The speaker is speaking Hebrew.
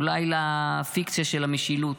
אולי לפיקציה של המשילות.